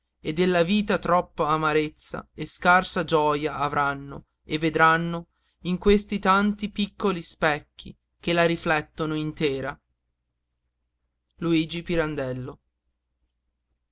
e della vita troppa amarezza e scarsa gioja avranno e vedranno in questi tanti piccoli specchi che la riflettono intera